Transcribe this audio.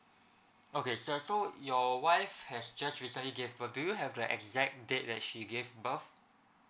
okay sir so your wife has just recently gave birth do you have the exact date that she gave birth